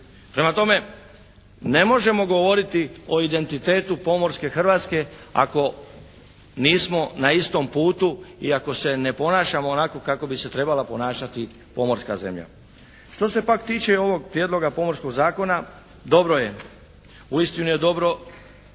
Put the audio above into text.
Prema tome, ne možemo govoriti o identitetu pomorske Hrvatske ako nismo na istom putu i ako se ne ponašamo onako kako bi se trebala ponašati pomorska zemlja. Što se pak tiče ovog Prijedloga Pomorskog zakona dobro je, uistinu je dobro